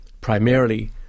primarily